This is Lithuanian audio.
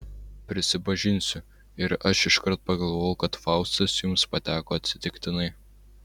prisipažinsiu ir aš iškart pagalvojau kad faustas jums pateko atsitiktinai